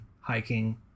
hiking